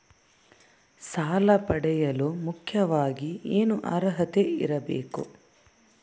ಸಾಲ ಪಡೆಯಲು ಮುಖ್ಯವಾಗಿ ಏನು ಅರ್ಹತೆ ಇರಬೇಕು?